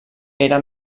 era